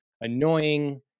annoying